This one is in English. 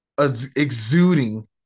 exuding